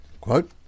quote